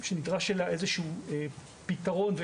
יהיו סוגיות ביטוח וסוגיות אחרות שפתרנו אותן במשותף.